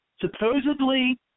supposedly